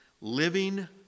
living